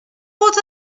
what